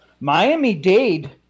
Miami-Dade